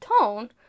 tone